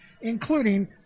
including